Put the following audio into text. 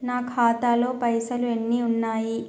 నా ఖాతాలో పైసలు ఎన్ని ఉన్నాయి?